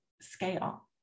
scale